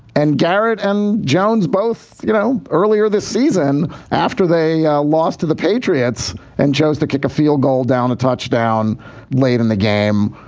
and garrett and jones both. you know, earlier this season, after they lost to the patriots and chose to kick a field goal down a touchdown late in the game.